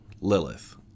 lilith